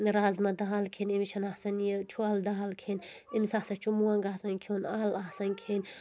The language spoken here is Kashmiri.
رازما دال کھؠنۍ أمِس چھَ نہٕ آسَان یہِ چھۄلہٕ دال کھؠنۍ أمِس ہَسا چھُ مۄنٛگ آسَان کھیوٚن اَل آسَان کھؠنۍ